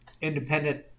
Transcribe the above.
independent